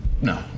No